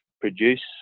produce